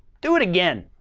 do it again.